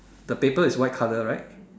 the paper is white color right